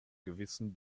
gewissen